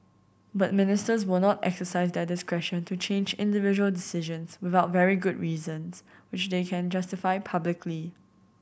but Ministers will not exercise their discretion to change individual decisions without very good reasons which they can justify publicly